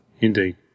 Indeed